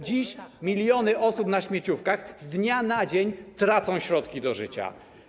Dziś miliony osób na śmieciówkach z dnia na dzień tracą środki do życia.